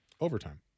Overtime